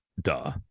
Duh